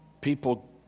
People